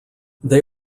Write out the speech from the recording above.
they